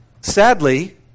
Sadly